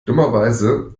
dummerweise